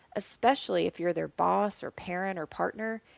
especially if you are their boss or parent or partner,